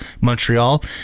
Montreal